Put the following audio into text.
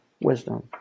wisdom